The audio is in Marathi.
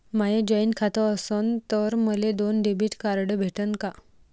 माय जॉईंट खातं असन तर मले दोन डेबिट कार्ड भेटन का?